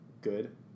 good